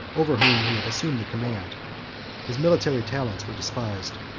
over whom he had assumed the command his military talents were despised,